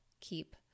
keep